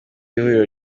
w’ihuriro